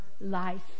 life